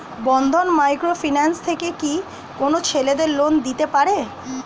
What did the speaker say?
বন্ধন micro finance থেকে কি কোন ছেলেদের লোন দিতে পারে?